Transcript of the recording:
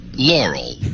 Laurel